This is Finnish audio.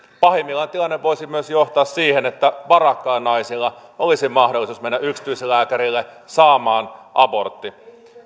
pahimmillaan tilanne voisi myös johtaa siihen että varakkailla naisilla olisi mahdollisuus mennä yksityislääkärille saamaan abortti